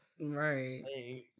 Right